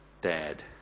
Dad